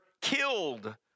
killed